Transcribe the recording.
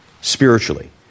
Spiritually